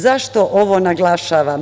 Zašto ovo naglašavam?